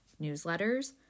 newsletters